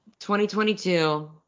2022